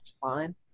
fine